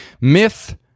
myth